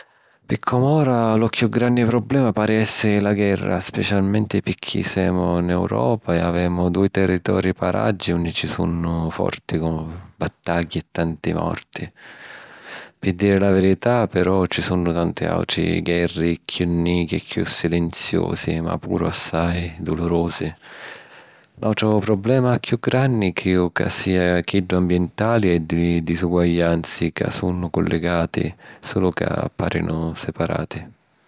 Pi com'ora, lu chiù granni problema pari èssiri la guerra, specialmenti picchì semu ‘n Europa e avemu dui territori paraggi unni ci sunnu forti battagghi e tanti morti. Pi diri la virità, però, ci sunnu tanti àutri guerri chiù nichi e chiù silinziusi, ma puru assai dulurusi. L’àutru problema chiù granni crìu ca sia chiddu ambientali e di li disuguaglianzi ca sunnu collegati, sulu ca pàrinu separati.